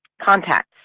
contacts